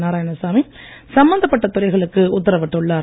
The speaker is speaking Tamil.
நாராயணசாமி சம்மந்தப்பட்ட துறைகளுக்கு உத்தரவிட்டுள்ளார்